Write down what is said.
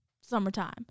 summertime